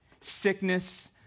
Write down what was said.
sickness